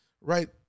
right